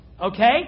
okay